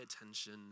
attention